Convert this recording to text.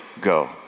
go